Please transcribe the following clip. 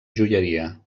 joieria